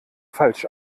falsch